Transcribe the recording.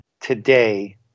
today